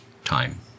time